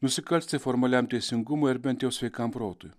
nusikalsti formaliam teisingumui ar bent jo sveikam protui